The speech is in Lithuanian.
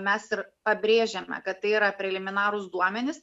mes ir pabrėžiame kad tai yra preliminarūs duomenys